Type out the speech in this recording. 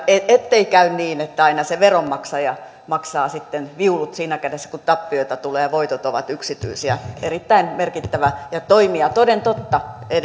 ettei käy niin että aina se veronmaksaja maksaa sitten viulut viime kädessä kun tappioita tulee ja voitot ovat yksityisiä tämä on erittäin merkittävää ja toimia toden totta